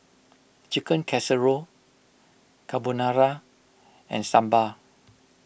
Chicken Casserole Carbonara and Sambar